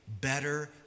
better